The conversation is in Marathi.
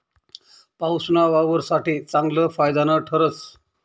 पाऊसना वावर साठे चांगलं फायदानं ठरस